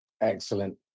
Excellent